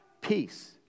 peace